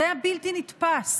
זה היה בלתי נתפס,